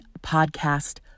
podcast